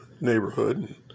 neighborhood